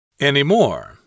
Anymore